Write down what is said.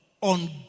on